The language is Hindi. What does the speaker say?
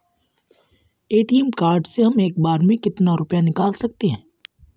ए.टी.एम कार्ड से हम एक बार में कितना रुपया निकाल सकते हैं?